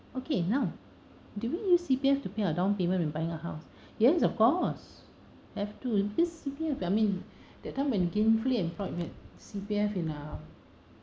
okay now did we use C_P_F to pay our down payment when buying a house yes of course have to use C_P_F I mean that time when you gain free employment C_P_F in uh